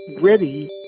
ready